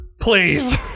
Please